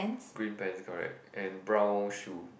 green pants correct and brown shoe